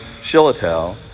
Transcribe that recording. Shilatel